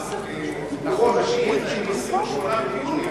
נכון שהשאילתא היא מ-28 ביוני,